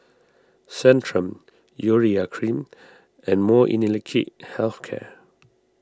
Centrum Urea Cream and Molnylcke Health Care